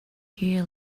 here